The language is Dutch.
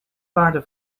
waarde